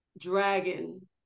dragon